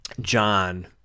John